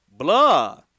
Blah